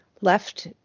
left